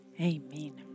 Amen